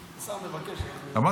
אמרתי,